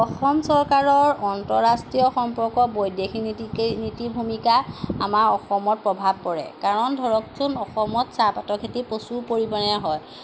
অসম চৰকাৰৰ অন্তঃৰাষ্ট্ৰীয় সম্পৰ্ক বৈদ্যাসী নীতি নীতি ভূমিকা আমাৰ অসমত প্ৰভাৱ পৰে কাৰণ ধৰকচোন অসমত চাহপাতৰ খেতি প্ৰচুৰ পৰিমাণে হয়